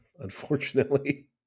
unfortunately